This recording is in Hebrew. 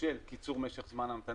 של קיצור משך זמן ההמתנה,